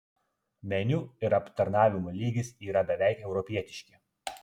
meniu ir aptarnavimo lygis yra beveik europietiški